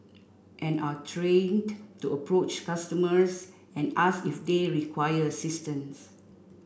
and are trained to approach customers and ask if they require assistance